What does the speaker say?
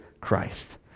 Christ